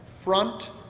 front